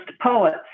poets